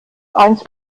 eins